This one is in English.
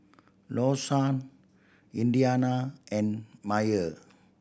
Lawson Indiana and Myer